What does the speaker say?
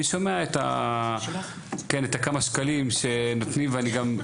אני שומע את הכמה שקלים שנותנים ואני גם,